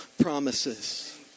promises